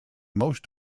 most